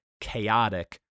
chaotic